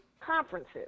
conferences